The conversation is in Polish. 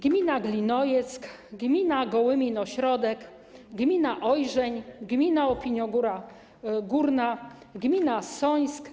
Gmina Glinojeck, gmina Gołymin-Ośrodek, gmina Ojrzeń, gmina Opinogóra Górna, gmina Sońsk.